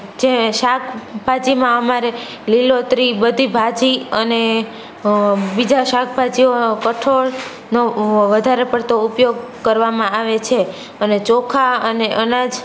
જે શાકભાજીમાં અમારે લીલોતરી બધી ભાજી અને બીજા શાકભાજીઓ કઠોળનો વધારે પડતો ઉપયોગ કરવામાં આવે છે અને ચોખા અને અનાજ